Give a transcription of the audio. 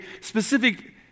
specific